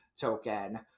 token